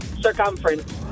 Circumference